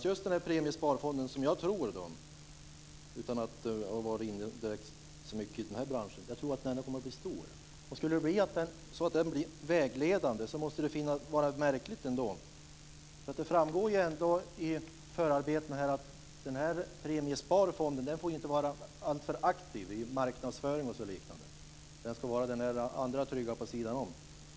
Fru talman! Jag tror - utan att jag har varit inne i den här branschen så mycket - att just Premiesparfonden kommer att bli stor. Om den skulle bli vägledande måste det vara märkligt. Det framgår i förarbetena att Premiesparfonden inte får vara alltför aktiv i marknadsföring och liknande, utan den ska vara den andra, trygga, på sidan om.